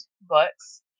Books